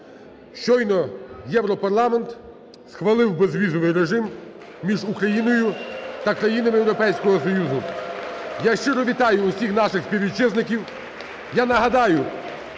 Щойно Європарламент схвалив безвізовий режим між Україною та країнами Європейського Союзу. (Оплески) Я щиро вітаю усіх наших співвітчизників.